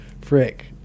Frick